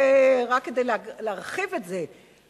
רק כדי להרחיב את זה,